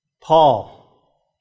Paul